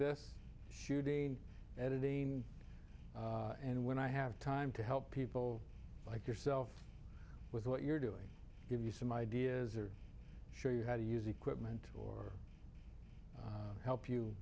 this shooting editing and when i have time to help people like yourself with what you're doing give you some ideas or show you how to use equipment or help you